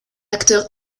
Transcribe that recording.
acteur